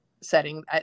setting